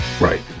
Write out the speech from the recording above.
Right